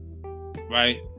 Right